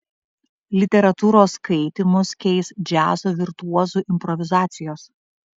literatūros skaitymus keis džiazo virtuozų improvizacijos